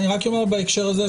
רק אומר בהקשר הזה,